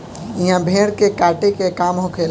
इहा भेड़ के काटे के काम होखेला